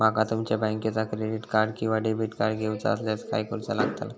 माका तुमच्या बँकेचा क्रेडिट कार्ड किंवा डेबिट कार्ड घेऊचा असल्यास काय करूचा लागताला?